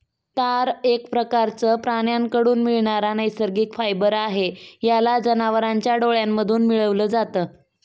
तार एक प्रकारचं प्राण्यांकडून मिळणारा नैसर्गिक फायबर आहे, याला जनावरांच्या डोळ्यांमधून मिळवल जात